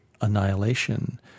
annihilation